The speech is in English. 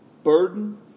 Burden